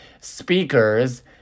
speakers